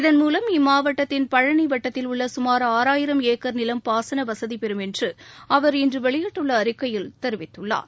இதன்மூலம் இம்மாவட்டத்தின் பழனி வட்டத்தில் உள்ள சுமார் ஆறாயிரம் ஏக்கர் நிலம் பாசன வசதி பெறும் என்று அவர் இன்று வெளியிட்டுள்ள அறிக்கையில் தெரிவித்துள்ளார்